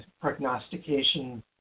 prognostication